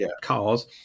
cars